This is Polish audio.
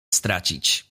stracić